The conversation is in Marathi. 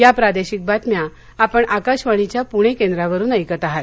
या प्रादेशिक बातम्या आपण आकाशवाणीच्या पुणे केंद्रावरून ऐकत आहात